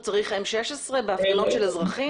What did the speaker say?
הוא צריך M16 בהפגנות של אזרחים?